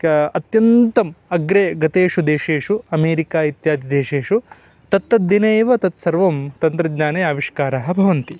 किम् अत्यन्तम् अग्रे गतेषु देशेषु अमेरिका इत्यादिदेशेषु तत्तद्दिने एव तत्सर्वं तन्त्रज्ञाने आविष्काराः भवन्ति